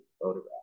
photograph